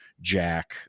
Jack